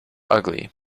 ugly